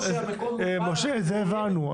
את זה הבנו.